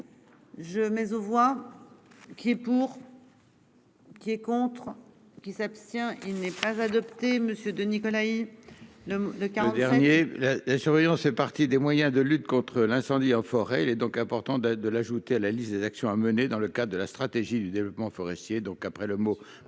Je mais aux voix. Qui est pour. Qui est contre qui s'abstient. Il n'est pas adopté. Monsieur de Nicolas il. Le cas dernier. Surveillance fait partie des moyens de lutte contre l'incendie en forêt. Il est donc important de de l'ajouter à la liste des actions à mener dans le cas de la stratégie du développement forestier donc après le mot